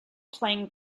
playing